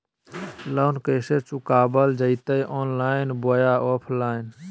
Loan कैसे चुकाबल जयते ऑनलाइन बोया ऑफलाइन?